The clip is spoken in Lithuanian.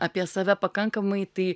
apie save pakankamai tai